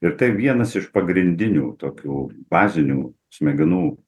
ir tai vienas iš pagrindinių tokių bazinių smegenų